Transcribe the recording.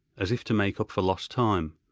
as if to make up for lost time.